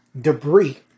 debris